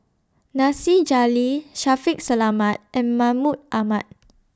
Nasir Jalil Shaffiq Selamat and Mahmud Ahmad